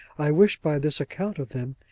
i wish by this account of them,